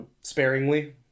sparingly